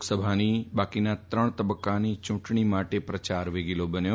લોકસભાની બાકીના ત્રણ તબકકાની યુંટણી માટે પ્રચાર વેગીલો બન્યો